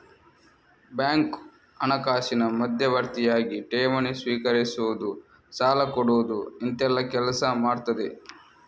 bank ಹಣಕಾಸಿನ ಮಧ್ಯವರ್ತಿಯಾಗಿ ಠೇವಣಿ ಸ್ವೀಕರಿಸುದು, ಸಾಲ ಕೊಡುದು ಇಂತೆಲ್ಲ ಕೆಲಸ ಮಾಡ್ತದೆ